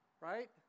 Right